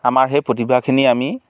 আমাৰ সেই প্ৰতিভাখিনি আমি